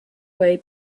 way